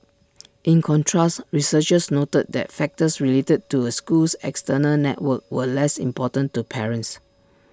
in contrast researchers noted that factors related to A school's external network were less important to parents